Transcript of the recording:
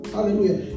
Hallelujah